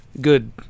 Good